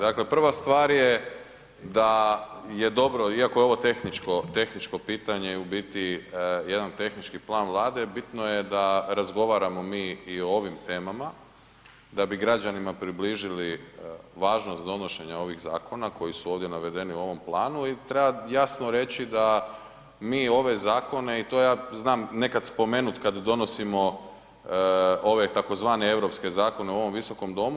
Dakle prva stvar je da je dobro, iako je ovo tehničko pitanje i u biti jedan tehnički plan Vlade, bitno je da razgovaramo mi i o ovim temama da bi građanima približili važnost donošenja ovih zakona koji su ovdje navedeni u ovom planu i treba jasno reći da mi ove zakone i to ja znam nekad spomenuti kad donosimo ove tzv. europske zakone u ovom Visokom domu.